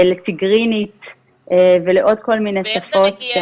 לתיגרינית ולעוד כל מיני שפות.